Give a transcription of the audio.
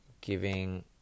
giving